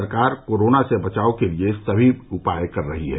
सरकार कोरोना से बचाव के लिये सभी उपाय कर रही है